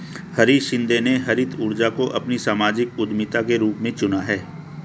हरीश शिंदे ने हरित ऊर्जा को अपनी सामाजिक उद्यमिता के रूप में चुना है